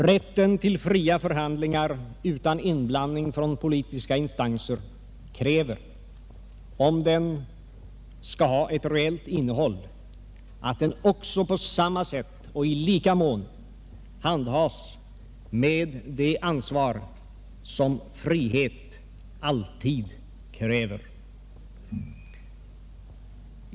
Rätten till fria förhandlingar utan inblandning från politiska instanser kräver, om den skall ha ett reellt innehåll, att den handhas med det ansvar som frihet alltid kräver.